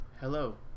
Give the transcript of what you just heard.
hello